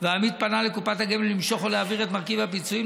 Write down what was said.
והעמית פנה לקופת הגמל למשוך או להעביר את מרכיב הפיצויים,